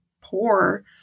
poor